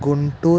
Guntur